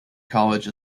college